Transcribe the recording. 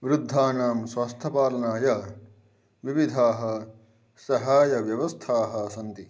वृद्धानां स्वास्थ्यपालनाय विविधाः सहायव्यवस्थाः सन्ति